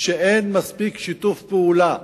שאין מספיק שיתוף פעולה,